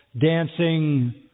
dancing